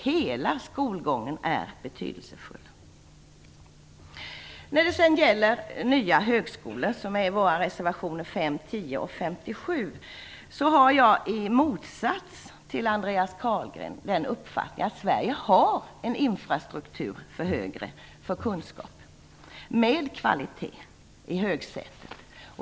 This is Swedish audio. Hela skolgången är betydelsefull. Vad gäller nya högskolor, som berörs i våra motioner nr 5, 10 och 57, har jag i motsats till Andreas Carlgren den uppfattningen att Sverige har en infrastruktur för kunskap, med kvalitet i högsätet.